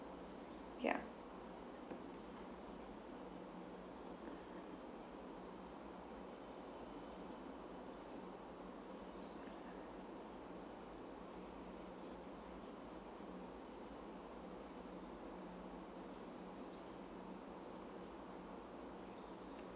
ya